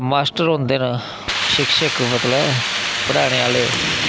master होंदे न शिक्षक मतलब पढ़ाने आह्ले